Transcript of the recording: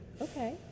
Okay